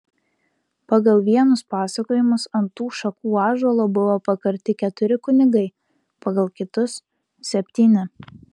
pagal vienus pasakojimus ant tų šakų ąžuolo buvo pakarti keturi kunigai pagal kitus septyni